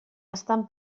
estan